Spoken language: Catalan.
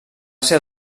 ser